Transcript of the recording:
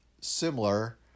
similar